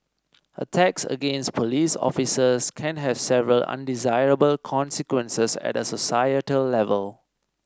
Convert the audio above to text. attacks against police officers can have several undesirable consequences at a societal level